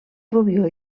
rubió